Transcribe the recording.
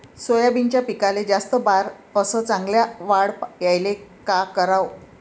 सोयाबीनच्या पिकाले जास्त बार अस चांगल्या वाढ यायले का कराव?